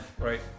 right